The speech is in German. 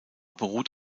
beruht